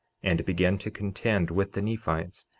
and began to contend with the nephites,